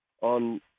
on